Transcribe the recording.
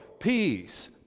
Peace